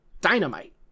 Dynamite